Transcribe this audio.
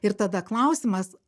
ir tada klausimas